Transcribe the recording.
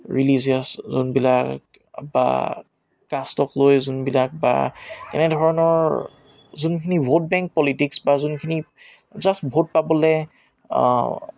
religious যোনবিলাক বা কাষ্টক লৈ যোনবিলাক বা তেনেধৰণৰ যোনখিনি ভোট বেংক পলিটিক্ছ বা যোনখিনি জাষ্ট ভোট পাবলৈ